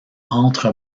entre